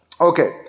Okay